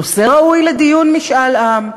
נושא ראוי לדיון, משאל עם.